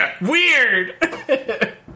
Weird